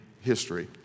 history